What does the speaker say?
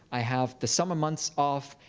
i have the summer months off.